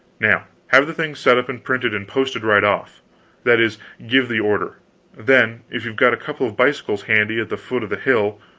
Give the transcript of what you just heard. now have the thing set up and printed and posted, right off that is, give the order then, if you've got a couple of bicycles handy at the foot of the hill,